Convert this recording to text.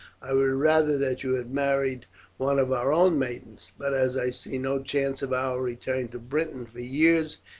i would rather that you had married one of our own maidens but as i see no chance of our return to britain for years,